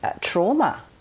trauma